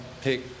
pick